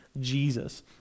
Jesus